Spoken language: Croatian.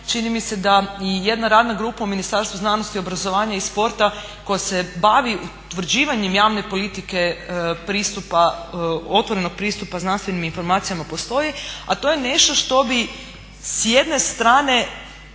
čini mi se da i jedna radna grupa u Ministarstvu znanosti, obrazovanja i sporta koja se bavi utvrđivanjem javne politike pristupa, otvorenog pristupa znanstvenim informacijama postoje a to je nešto što bi s jedne strane